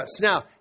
Now